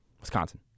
Wisconsin